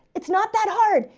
it's not that hard.